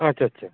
ᱟᱪᱷᱟ ᱪᱷᱟ